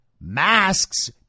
masks